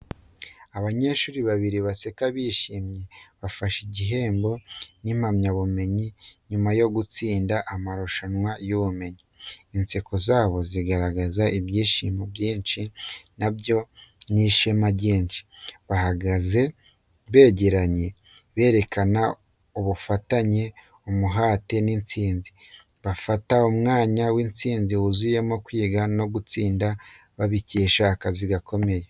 Abanyeshuri babiri baseka bishimye, bafashe igihembo n’impamyabumenyi nyuma yo gutsinda amarushanwa y’ubumenyi. Inseko zabo zigaragaza ibyishimo byinshi nyabyo n’ishema ryinshi. Bahagaze begeranye, berekana ubufatanye, umuhate n’intsinzi, bafata umwanya w’intsinzi wuzuyemo kwiga no gutsinda babikesha akazi gakomeye.